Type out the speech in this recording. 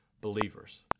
believers